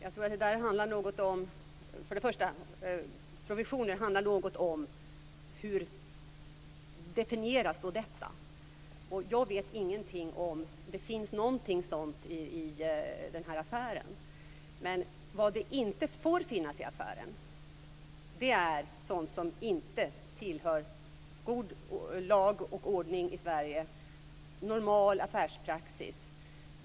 Fru talman! Frågan är hur "provisioner" skall definieras. Jag vet inte om något sådant förekommer i den här affären. Men något som inte får finnas i den här affären är sådant som inte tillhör god lag och ordning i Sverige och normal affärspraxis.